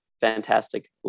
fantastic